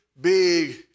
big